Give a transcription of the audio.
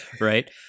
Right